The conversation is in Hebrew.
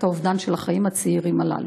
את האובדן של החיים הצעירים הללו.